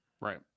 Right